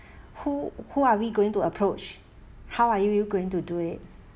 who who are we going to approach how are you you going to do it